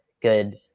good –